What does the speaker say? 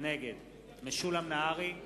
נגד משולם נהרי,